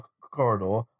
corridor